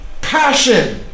passion